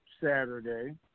Saturday